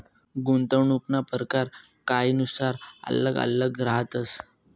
गुंतवणूकना परकार कायनुसार आल्लग आल्लग रहातस